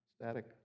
static